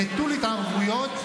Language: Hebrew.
נטול התערבויות,